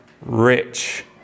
rich